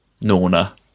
Norna